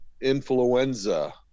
Influenza